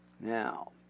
Now